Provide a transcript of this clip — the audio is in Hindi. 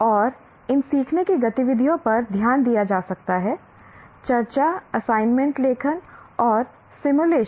और इन सीखने की गतिविधियों पर ध्यान दिया जा सकता है चर्चा असाइनमेंट लेखन और सिमुलेशन